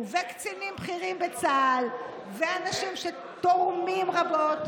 וקצינים בכירים בצה"ל ואנשים שתורמים רבות,